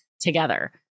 together